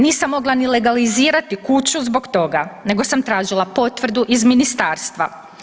Nisam mogla ni legalizirati kuću zbog toga, nego sam tražila potvrdu iz Ministarstva.